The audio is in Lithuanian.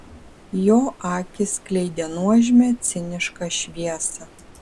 jo akys skleidė nuožmią cinišką šviesą